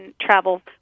travel